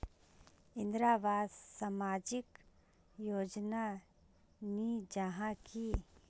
इंदरावास सामाजिक योजना नी जाहा की?